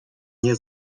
nie